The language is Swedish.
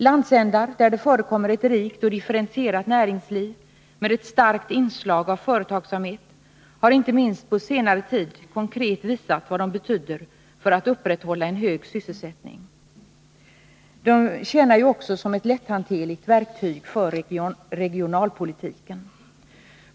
Landsändar där det förekommer ett rikt och differentierat näringsliv med ett starkt inslag av företagsamhet har, inte minst på senare tid, konkret visat vad detta betyder för att upprätthålla en hög sysselsättning. Småföretagen tjänar ju också som ett lätthanterligt verktyg för regionalpolitiken.